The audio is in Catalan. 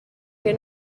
què